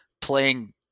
playing